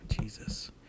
Jesus